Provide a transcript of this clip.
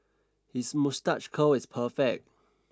his moustache curl is perfect